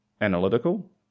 analytical